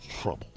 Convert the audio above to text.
trouble